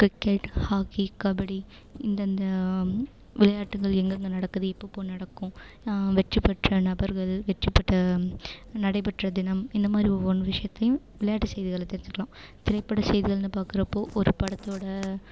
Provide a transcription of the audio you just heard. cricket hockey kabaddi இந்தந்த விளையாட்டுகள் எங்கெங்க நடக்குது எப்பெப்போ நடக்கும் வெற்றி பெற்ற நபர்கள் வெற்றி பெற்ற நடைபெற்ற தினம் இந்தமாதிரி ஒவ்வொரு விஷயத்தையும் விளையாட்டு செய்திகளில் தெரிஞ்சிக்கலாம் திரைப்பட செய்திகள்னு பார்க்குறப்போ ஒரு படத்தோட